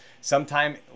sometime